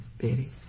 Betty